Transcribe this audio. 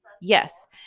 Yes